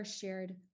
shared